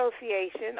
Association